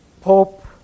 Pope